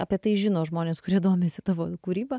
apie tai žino žmonės kurie domisi tavo kūryba